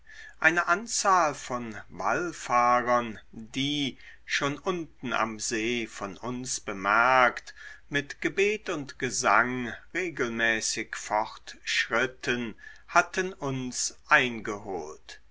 eine anzahl von wallfahrern die schon unten am see von uns bemerkt mit gebet und gesang regelmäßig fortschritten hatten uns eingeholt